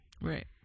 Right